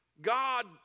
God